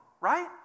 right